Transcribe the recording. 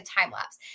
time-lapse